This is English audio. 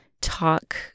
talk